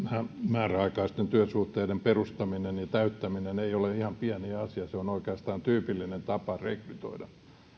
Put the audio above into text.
määräaikaisten työsuhteiden perustaminen ja täyttäminen ei ole ihan pieni asia se on oikeastaan tyypillinen tapa rekrytoida myös